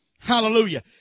Hallelujah